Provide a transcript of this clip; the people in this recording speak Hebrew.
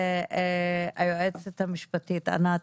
היועצת המשפטית ענת,